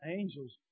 angels